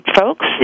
folks